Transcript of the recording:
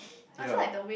ya